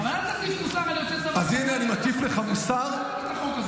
אבל אל תטיף מוסר על יוצאי צבא,